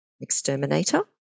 exterminator